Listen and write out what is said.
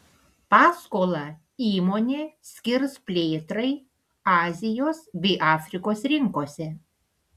paskolą įmonė skirs plėtrai azijos bei afrikos rinkose